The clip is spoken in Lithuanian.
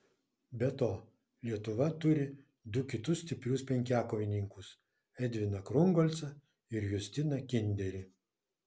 be to lietuva turi du kitus stiprius penkiakovininkus edviną krungolcą ir justiną kinderį